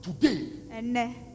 today